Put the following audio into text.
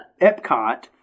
Epcot